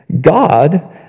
God